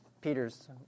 Peter's